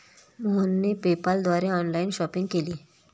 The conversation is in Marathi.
मोहनने पेपाल द्वारे ऑनलाइन शॉपिंग केली